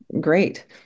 great